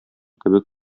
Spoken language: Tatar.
кебек